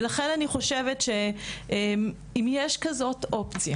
לכן אני חושבת שאם יש כזו אופציה